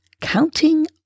counting